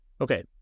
Okay